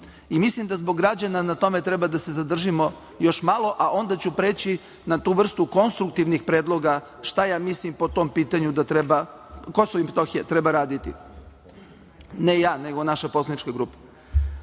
Mislim da zbog građana na tome treba da se zadržimo još malo, a onda ću preći na tu vrstu konstruktivnih predloga šta ja mislim po tom pitanju, Kosovo i Metohija, treba raditi. Ne ja, nego naša poslanička grupa. Dakle,